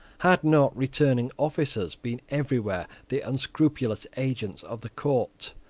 had not returning officers been everywhere the unscrupulous agents of the court?